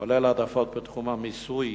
כולל העדפות בתחום המיסוי